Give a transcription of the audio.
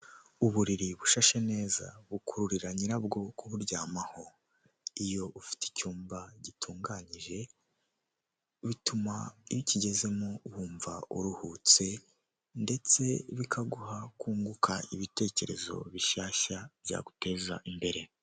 Amafaranga y'amadorari azinze mu mifungo akaba ari imifungo itandatu iyi mifungo uyibonye yaguhindurira ubuzima rwose kuko amadolari ni amafaranga menshi cyane kandi avunjwa amafaranga menshi uyashyize mumanyarwanda rero uwayaguha wahita ugira ubuzima bwiza.